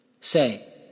Say